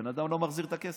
הבן אדם לא מחזיר את הכסף.